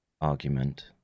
argument